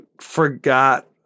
forgot